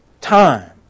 Time